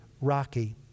Rocky